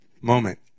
moment